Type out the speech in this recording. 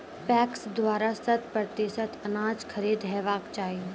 PACS द्वारा शत प्रतिसत अनाज खरीद हेवाक चाही?